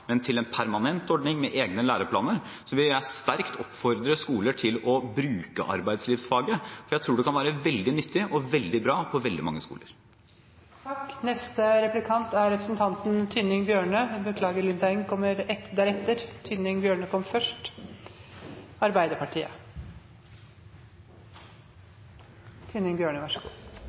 men til en permanent ordning med egne læreplaner, vil jeg sterkt oppfordre skoler til å bruke arbeidslivsfaget, for jeg tror det kan være veldig nyttig og veldig bra for veldig mange skoler. Det er et skritt i riktig retning at arbeidslivsfaget fra neste år blir det man kan kalle et